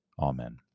Amen